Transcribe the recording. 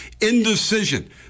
indecision